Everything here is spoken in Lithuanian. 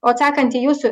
o atsakant į jūsų